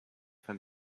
from